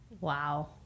Wow